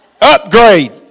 Upgrade